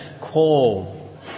call